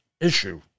issue